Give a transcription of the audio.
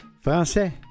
français